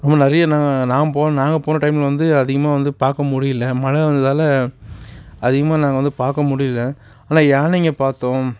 ரொம்ப நிறைய நாங்கள் நாம் நாங்கள் போன டைமில் வந்து அதிகமாக வந்து பார்க்க முடியல மழை வந்ததால் அதிகமாக நாங்கள் வந்து பார்க்க முடியல ஆனால் யானைங்கள் பார்த்தோம்